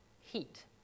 heat